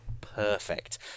perfect